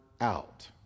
out